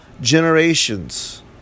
generations